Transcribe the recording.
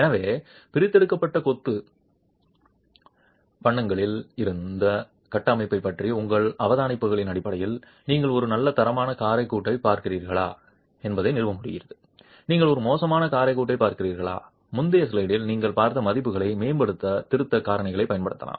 எனவே பிரித்தெடுக்கப்பட்ட கொத்து வண்ணங்களில் இருந்து கட்டமைப்பைப் பற்றிய உங்கள் அவதானிப்புகளின் அடிப்படையில் நீங்கள் ஒரு நல்ல தரமான காரை கூட்டைப் பார்க்கிறீர்களா என்பதை நிறுவ முடிகிறது நீங்கள் ஒரு மோசமான காரை கூட்டைப் பார்க்கிறீர்களா முந்தைய ஸ்லைடில் நீங்கள் பார்த்த மதிப்புகளை மேம்படுத்த திருத்தம் காரணிகளைப் பயன்படுத்தலாம்